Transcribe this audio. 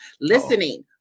Listening